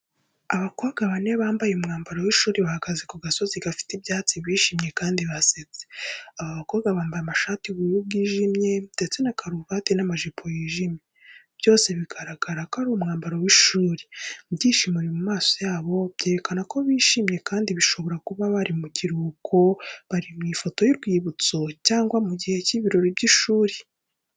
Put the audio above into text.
Abakobwa bane bambaye umwambaro w’ishuri bahagaze ku gasozi gafite ibyatsi bishimye kandi basetse. Aba bakobwa bambaye amashati y’ubururu bw’ijimye ndetse na karuvati n'amajipo y’ijimye, byose bigaragara ko ari umwambaro w’ishuri. Ibyishimo biri mu maso yabo byerekana ko bishimye kandi bishobora kuba bari mu kiruhuko bari mu ifoto y’urwibutso, cyangwa mu gihe cy’ibirori by’ishuri.